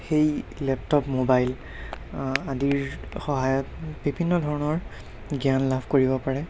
সেই laptop mobile আদিৰ সহায়ত বিভিন্ন ধৰণৰ জ্ঞান লাভ কৰিব পাৰে